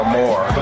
more